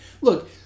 Look